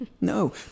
No